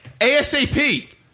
ASAP